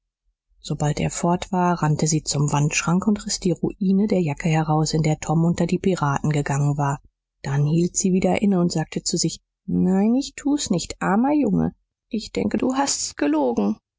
sobald er fort war rannte sie zum wandschrank und riß die ruine der jacke heraus in der tom unter die piraten gegangen war dann hielt sie wieder inne und sagte zu sich nein ich tu's nicht armer junge ich denke du hast's gelogen